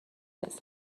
بزن